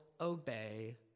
obey